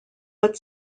but